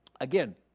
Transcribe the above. Again